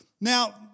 Now